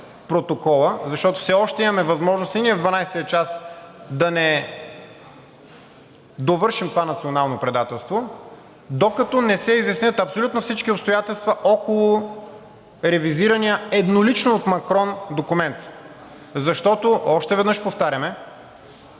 протокола, защото все още имаме възможност и ние в дванадесетия час да не довършим това национално предателство, докато не се изяснят абсолютно всички обстоятелства около ревизирания еднолично от Макрон документ. Защото, още веднъж повтаряме,